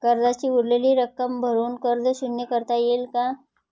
कर्जाची उरलेली रक्कम भरून कर्ज शून्य करता येईल का?